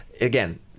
again